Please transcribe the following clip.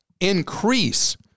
increase